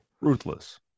Ruthless